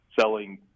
selling